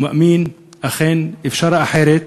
הוא מאמין שאכן אפשר אחרת,